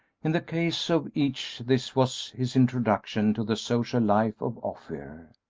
in the case of each this was his introduction to the social life of ophir.